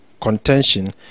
contention